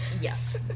Yes